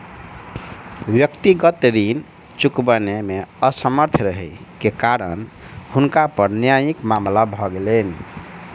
व्यक्तिगत ऋण चुकबै मे असमर्थ रहै के कारण हुनका पर न्यायिक मामला भ गेलैन